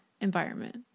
environment